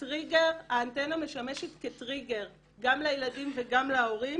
שהאנטנה משמשת כטריגר גם לילדים וגם להורים